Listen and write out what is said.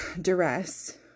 duress